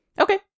Okay